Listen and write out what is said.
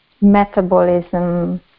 metabolism